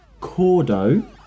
Cordo